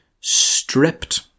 stripped